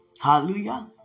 Hallelujah